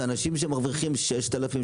זה אנשים שמרוויחים 6,000,